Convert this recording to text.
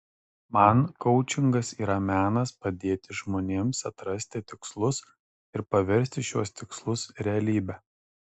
man koučingas yra menas padėti žmonėms atrasti tikslus ir paversti šiuos tikslus realybe